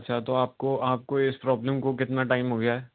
اچھا تو آپ کو آپ کو اس پرابلم کو کتنا ٹائم ہو گیا ہے